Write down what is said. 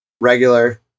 regular